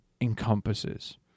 encompasses